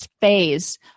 phase